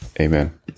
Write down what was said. Amen